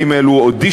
אם אלה אודישנים,